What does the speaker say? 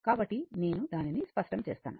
కాబట్టి నేను దానిని స్పష్టం చేస్తాను